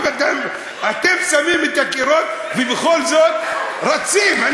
אתם שמים את הקירות ובכל זאת רצים.